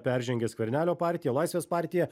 peržengė skvernelio partija laisvės partija